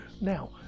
now